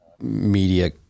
media